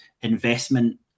investment